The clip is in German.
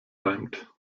reimt